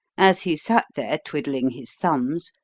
as he sat there, twiddling his thumbs,